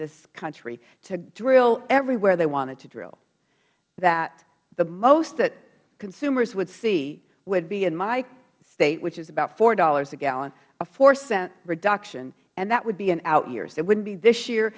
this country to drill everywhere they wanted to drill that the most that consumers would see would be in my state which is about four dollars a gallon a four cent reduction and that would be in out years it wouldn't be this year